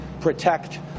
protect